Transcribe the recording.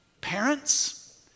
parents